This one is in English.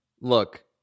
Look